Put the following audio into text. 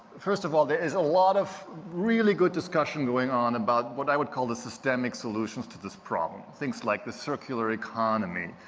first of all, there is a lot of really good discussion going on about what i would call the systemic solutions to this problem. things like the circular economy,